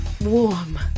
warm